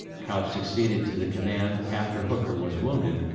couch succeeded to the command after hooker was wounded,